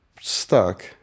stuck